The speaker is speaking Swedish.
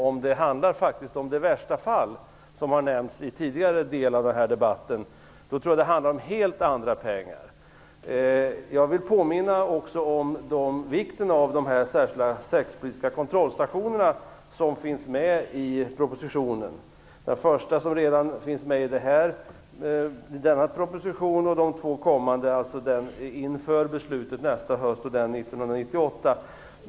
Om det handlar om det värsta fall som har nämnts i den tidigare delen av den här debatten tror jag att det handlar om belopp av en helt annan storleksordning. Jag vill också påminna om vikten av de särskilda säkerhetspolitiska kontrollstationer som finns med i propositionen. Den första är den som finns med redan i denna proposition, och de kommande är den inför beslutet nästa höst och den inför beslutet 1998.